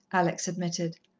alex admitted.